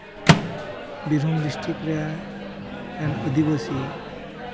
Birbhum district ᱨᱮᱱ ᱟᱹᱫᱤᱵᱟᱹᱥᱤ